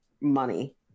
money